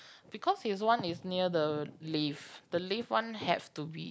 because his one is near the lift the lift one have to be